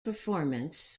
performance